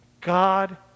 God